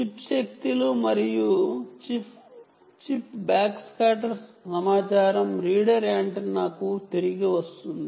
chip శక్తి నిస్తుంది మరియు బ్యాక్స్కాటర్స్ సమాచారం రీడర్ యాంటెన్నాకు తిరిగి వస్తుంది